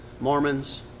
Mormons